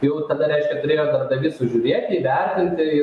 jau tada reiškia turėjo darbdavys sužiūrėti įvertinti